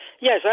Yes